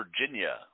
Virginia